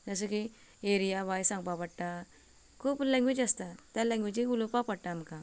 जशें की area wise सांगपा पडटा खूब लॅंग्वेज आसता ते लॅंग्वेजीन उलोवपा पडटा आमकां